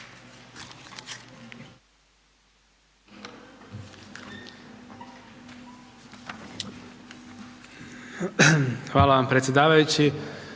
Hvala vam predsjedavajući.